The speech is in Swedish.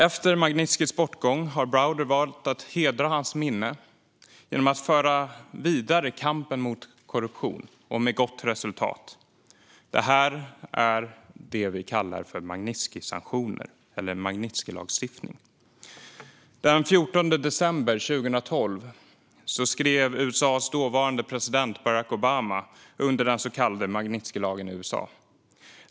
Efter Magnitskijs bortgång har Browder valt att hedra hans minne genom att föra kampen mot korruption vidare, med gott resultat. Det här är det vi kallar för Magnitskijsanktioner eller Magnitskijlagstiftning. Den 14 december 2012 skrev USA:s dåvarande president Barack Obama under den så kallade Magnitskijlagen i USA.